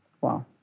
Wow